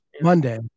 Monday